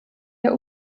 der